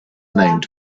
named